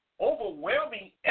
Overwhelming